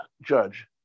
judge